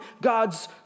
God's